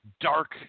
dark